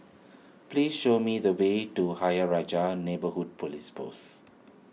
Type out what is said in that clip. please show me the way to Ayer Rajah Neighbourhood Police Post